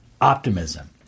optimism